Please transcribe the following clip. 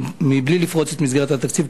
בלי לפרוץ את מסגרת התקציב,